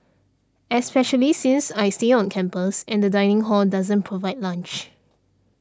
especially since I stay on campus and the dining hall doesn't provide lunch